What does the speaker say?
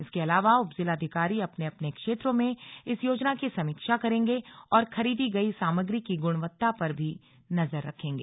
इसके अलावा उपजिलाधिकारी अपने अपने क्षेत्रों में इस योजना की समीक्षा करेंगे और खरीदी गई सामग्री की गुणवत्ता पर भी नजर रखेंगे